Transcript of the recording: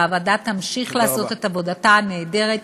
והוועדה תמשיך לעשות את עבודתה הנהדרת.